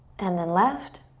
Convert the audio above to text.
and then left.